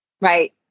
Right